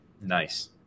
Nice